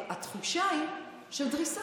כי התחושה היא של דריסה.